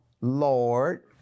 Lord